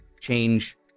change